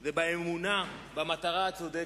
הוא באמונה במטרה הצודקת.